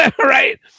right